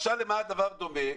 משל למה הדבר דומה?